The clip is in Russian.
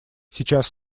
сейчас